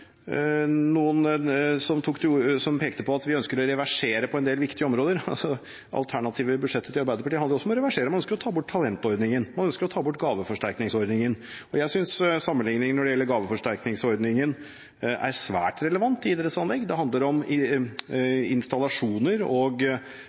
Noen pekte på at vi ønsker å reversere på en del viktige områder. Det alternative budsjettet til Arbeiderpartiet hadde også reverseringer. Man ønsker å ta bort talentordningen, og man ønsker å ta bort gaveforsterkningsordningen. Jeg synes sammenligningen når det gjelder gaveforsterkningsordningen, er svært relevant når det gjelder idrettsanlegg. Det handler om installasjoner og